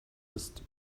ist